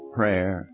prayer